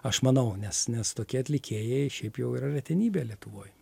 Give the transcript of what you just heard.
aš manau nes nes tokie atlikėjai šiaip jau yra retenybė lietuvoj